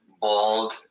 bald